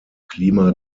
klima